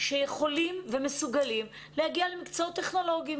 שיכולים ומסוגלים להגיע למקצעות טכנולוגיים